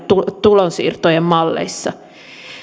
tulonsiirtojen malleissa